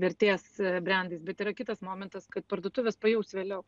vertės brendais bet yra kitas momentas kad parduotuvės pajaus vėliau